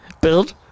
build